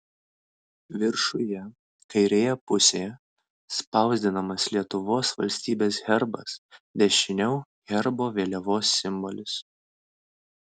viršuje kairėje pusėje spausdinamas lietuvos valstybės herbas dešiniau herbo vėliavos simbolis